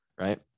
right